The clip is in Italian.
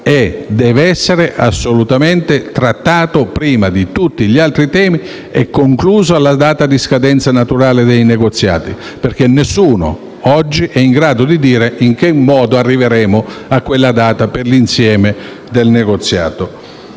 deve essere assolutamente trattato prima di tutti gli altri temi e concluso alla data di scadenza naturale dei negoziati, in quanto nessuno oggi è in grado di dire in che modo arriveremo a quella data con l'insieme del negoziato.